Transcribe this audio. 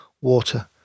water